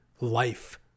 life